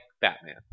Batman